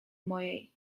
mojej